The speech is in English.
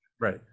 Right